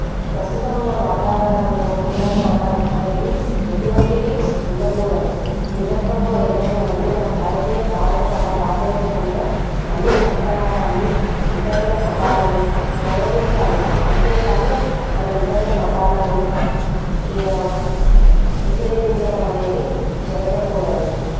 ప్రస్తుతం ఉన్న వాతావరణంలో కులం మతం అనేవి ఎటువంటివీ ఉండకూడదు భిన్నత్వంలో ఏకత్వం అనేది మన భారతీయ భారత సభ భారత దేశంలో మంచి సంప్రదాయాన్ని ఇతరుల మతాలను గౌరవించాలి అంతేకానీ మనం ఇతరుల మతాలను వ్యతిరేకించటం అనేది జరగకూడదు